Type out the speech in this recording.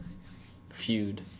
feud